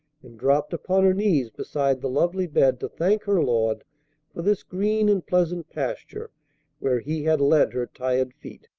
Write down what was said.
and dropped upon her knees beside the lovely bed to thank her lord for this green and pleasant pasture where he had led her tired feet.